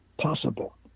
possible